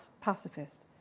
pacifist